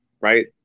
right